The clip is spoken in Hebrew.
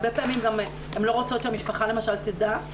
הרבה פעמים גם הן לא רוצות שהמשפחה למשל תדע,